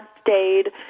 stayed